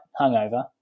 hungover